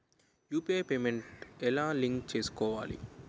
UPI payment ఎలా link చేసుకోవాలి?